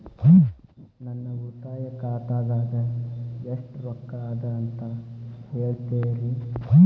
ನನ್ನ ಉಳಿತಾಯ ಖಾತಾದಾಗ ಎಷ್ಟ ರೊಕ್ಕ ಅದ ಅಂತ ಹೇಳ್ತೇರಿ?